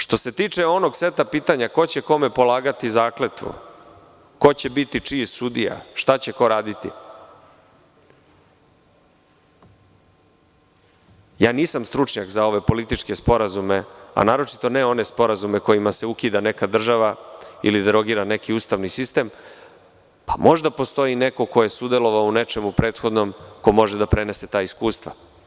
Što se tiče onog seta pitanja ko će kome polagati zakletvu, ko će biti čiji sudija, šta će ko raditi, nisam stručnjak za ove političke sporazume, a naročito ne one sporazume kojima se ukida neka država ili derogira neki ustavni sistem, pa možda postoji neko ko je sudelovao u nečemu prethodnom, ko može da prenese ta iskustva.